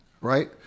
right